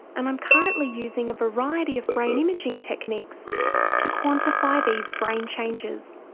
and i'm currently using a variety of brain imaging techniques to quantify these brain changes.